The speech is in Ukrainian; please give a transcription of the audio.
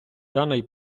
даний